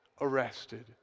arrested